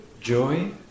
joy